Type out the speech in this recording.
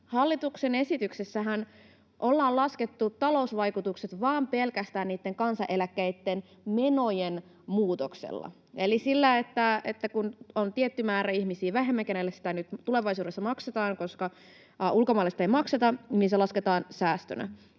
Hallituksen esityksessähän ollaan laskettu talousvaikutukset vain pelkästään niitten kansaneläkkeitten menojen muutoksella eli sillä, että kun on tietty määrä vähemmän ihmisiä, joille sitä nyt tulevaisuudessa maksetaan, koska ulkomaille sitä ei makseta, niin se lasketaan säästönä.